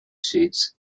sheets